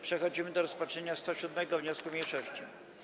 Przechodzimy do rozpatrzenia 107. wniosku mniejszości.